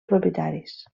propietaris